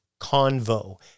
Convo